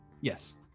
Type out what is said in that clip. Yes